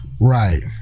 Right